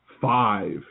five